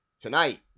tonight